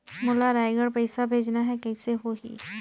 मोला रायगढ़ पइसा भेजना हैं, कइसे होही?